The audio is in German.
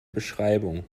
beschreibung